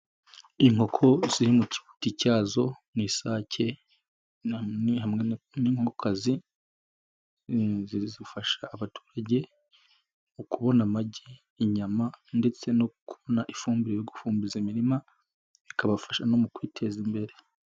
Inkoko ziri mu kibuti cyazo, ni isake hamwe n'inkokazi, zifasha abaturage mu kubona amagi, inyama ndetse no kubona ifumbire yo gufumbiza imirima, ikabafasha mu kwiteza imbere.